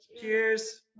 Cheers